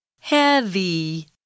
Heavy